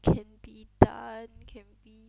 can be done can be